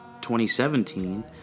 2017